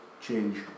change